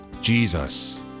Jesus